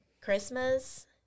Christmas